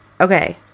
Okay